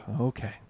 Okay